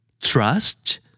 Trust